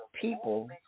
people